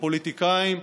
הפוליטיקאים,